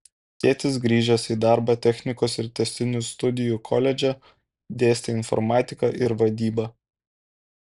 tėtis grįžęs į darbą technikos ir tęstinių studijų koledže dėstė informatiką ir vadybą